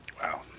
Wow